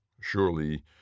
Surely